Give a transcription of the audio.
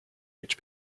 which